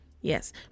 Yes